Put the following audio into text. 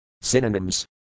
Synonyms